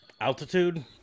Altitude